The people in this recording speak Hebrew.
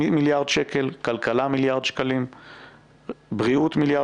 מיליארד שקל; כלכלה מיליארד שקלים; בריאות מיליארד